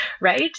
right